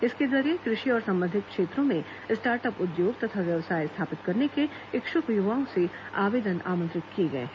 इसके जरिये संबंधित क्षेत्रों में स्टार्टअप उद्योग तथा व्यवसाय स्थापित करने के इच्छुक युवाओं से आवेदन कृषि और आमंत्रित किये गए हैं